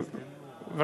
אדוני.